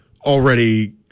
already